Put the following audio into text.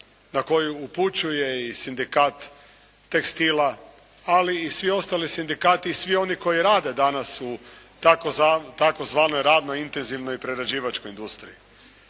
na koju upućuje i sindikat tekstila ali i svi ostali sindikati i svi oni koji rade danas u tzv. radno intenzivnoj i prerađivačkoj industriji.